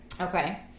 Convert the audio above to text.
Okay